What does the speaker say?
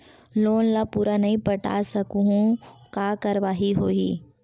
Loan ला पूरा नई पटा सकहुं का कारवाही होही?